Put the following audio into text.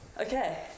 Okay